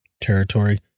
territory